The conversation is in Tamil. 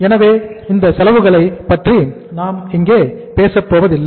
எனவே அந்த செலவுகளைப் பற்றி நாம் இங்கு பேசப்போவதில்லை